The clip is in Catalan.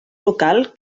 local